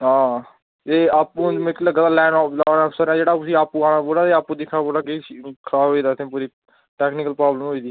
हां एह् आपूं मिकी लग्गै दा लैन लाईन आफिसर ऐ जेह्ड़ा उसी आपूं औना पौना ते आपूं दिक्खना पौना जे केह् खराब होई दा इत्थै पूरी टैक्नीकल प्राब्लम होई दी